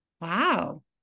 Wow